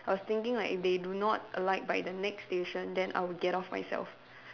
I was thinking like if they do not alight by the next station then I would get off myself